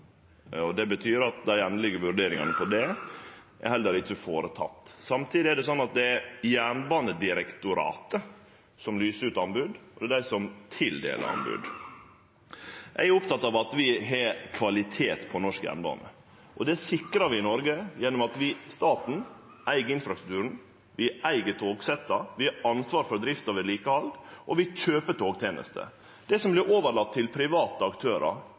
er gjorde. Samtidig er det Jernbanedirektoratet som lyser ut anbod, og det er dei som tildeler anbod. Eg er oppteken av at vi har kvalitet på norsk jernbane. Det sikrar vi i Noreg gjennom at vi, staten, eig infrastrukturen. Vi eig togsetta. Vi har ansvar for drift og vedlikehald, og vi kjøper togtenester. Det som vert overlate til private aktørar,